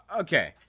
Okay